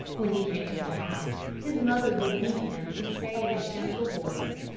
when he came into the house his mother would meet him and say in a gentle voice,